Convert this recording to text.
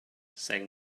saying